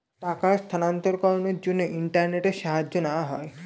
টাকার স্থানান্তরকরণের জন্য ইন্টারনেটের সাহায্য নেওয়া হয়